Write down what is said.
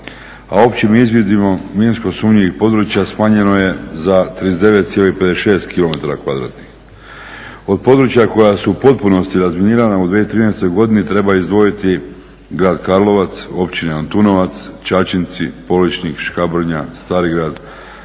a općim izvidima minsk-sumnjivih područja smanjeno je za 39,56 km2. Od područja koja su u potpunosti razminirana u 2013. godini treba izdvojiti grad Karlovac, općine Antunovac, Čačinci, Poličnik, Škabrnja, Starigrad,